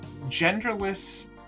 genderless